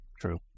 true